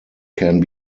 can